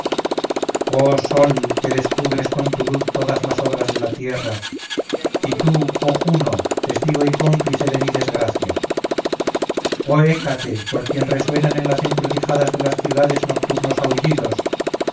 oh sol que descubres con tu luz todas las obras de la tierra y tú oh juno testigo y cómplice de mi desgracia oh hécate por quien resuenan en las encrucijadas de las ciudades nocturnos aullidos